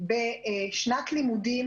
בשנת לימודים,